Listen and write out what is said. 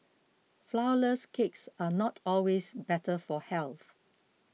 Flourless Cakes are not always better for health